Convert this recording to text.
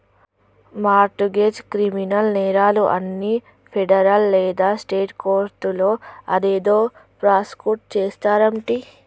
mart గెజ్, criminal నేరాలు అన్ని federal లేదా స్టేట్ కోర్టులో అదేదో ప్రాసుకుట్ చేస్తారంటి